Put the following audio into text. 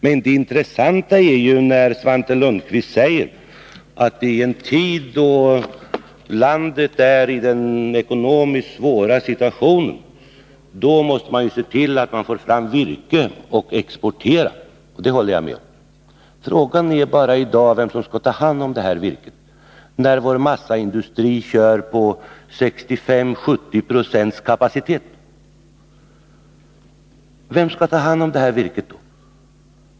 Men det intressanta är ju när Svante Lundkvist säger att i en tid då landet är i en svår ekonomisk situation, måste man se till att få fram virke och kunna exportera. Det håller jag med om. Frågan är i dag bara vem som skall ta hand om detta virke, när vår massaindustri kör med 65 å 70 96 av sin kapacitet. Vem skall ta hand om det här virket?